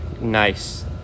nice